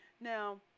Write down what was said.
Now